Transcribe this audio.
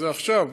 שזה עכשיו,